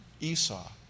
Esau